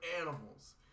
animals